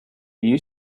you